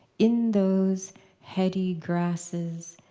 in those heady grasses,